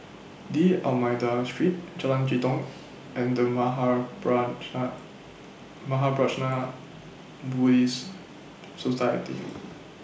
D'almeida Street Jalan Jitong and The Mahaprajna Buddhist Society